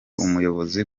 umuyobozi